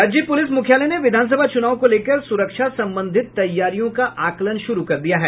राज्य पुलिस मुख्यालय ने विधानसभा चूनाव को लेकर सुरक्षा संबंधित तैयारियों का आकलन शुरू कर दिया है